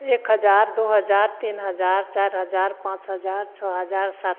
एक हजार दू हजार तीन हजार चारि हजार पाँच हजार छओ हजार सात